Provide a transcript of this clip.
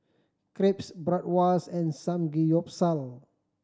Crepes Bratwurst and Samgeyopsal